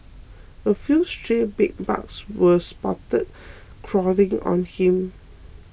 a few stray bedbugs were spotted crawling on him